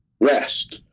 rest